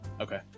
Okay